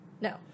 No